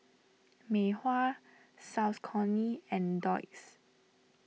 Mei Hua Saucony and Doux